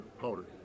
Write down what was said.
powder